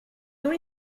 nous